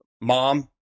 mom